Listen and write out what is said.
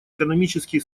экономический